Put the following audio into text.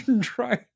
Try